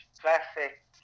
classic